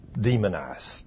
demonized